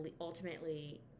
ultimately